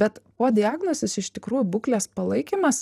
bet po diagnozės iš tikrųjų būklės palaikymas